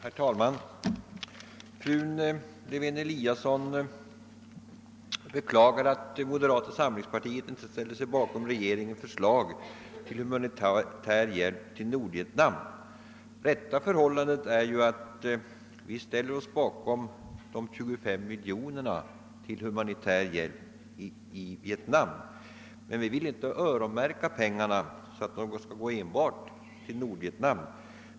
Herr talman! Fru Lewén-Eliasson beklagade att moderata samlingspartiet inte ställt sig bakom regeringens förslag om humanitär hjälp till Nordvietnam. Det rätta förhållandet är ju att vi ställer oss bakom anslaget på de 25 miljonerna för humantär hjälp till Vietnam, men vi vill inte öronmärka pengarna, så att de går enbart till Nordvietnam.